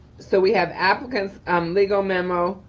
so we have applicant's um legal memo,